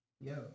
Yo